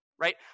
Right